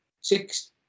Six